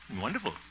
wonderful